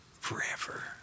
forever